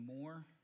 more